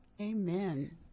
Amen